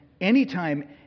anytime